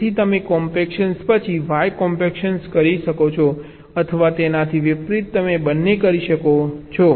તેથી તમે X compaction પછી Y કોમ્પેક્શન કરી શકો છો અથવા તેનાથી વિપરીત તમે બંને કરી શકો છો